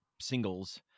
singles